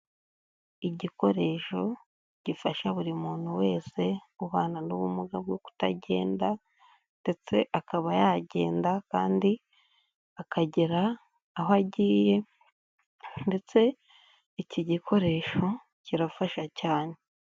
Igikoresho gifasha buri muntu wese ubana n'ubumuga bwo kutagenda ndetse akaba yagenda kandi akagera aho agiye ndetse iki gikoresho kirafasha cyane.